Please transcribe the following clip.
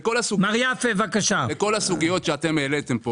לכל הסוגיות שהעליתם,